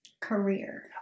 career